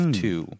two